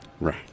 Right